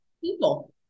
people